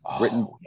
written